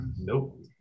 Nope